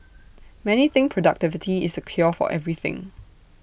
many think productivity is the cure for everything